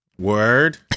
Word